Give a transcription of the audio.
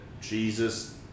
Jesus